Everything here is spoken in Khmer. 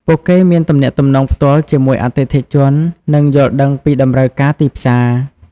ពួកគេមានទំនាក់ទំនងផ្ទាល់ជាមួយអតិថិជន និងយល់ដឹងពីតម្រូវការទីផ្សារ។